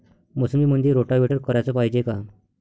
मोसंबीमंदी रोटावेटर कराच पायजे का?